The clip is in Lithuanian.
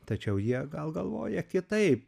tačiau jie gal galvoja kitaip